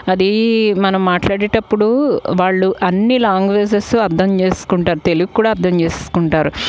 అది మనం మాట్లాడేటప్పుడు వాళ్ళు అన్ని లాంగ్వేజెస్ అర్థం చేస్కుంటారు తెలుగు కూడా అర్థం చేస్కుంటారు